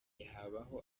habaho